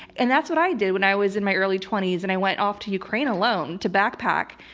and that's what i did when i was in my early twenty s and i went off to ukraine alone to backpack.